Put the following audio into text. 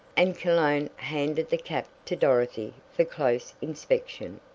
and cologne handed the cap to dorothy for close inspection.